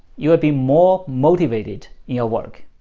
you will be more motivated in your work.